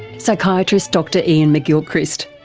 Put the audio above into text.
psychiatrist dr iain mcgilchrist.